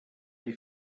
they